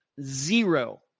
zero